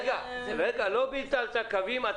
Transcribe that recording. לא ביטלת קווים.